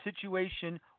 situation